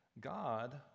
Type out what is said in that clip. God